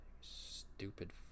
stupid